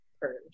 purge